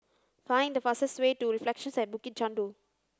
find the fastest way to Reflections at Bukit Chandu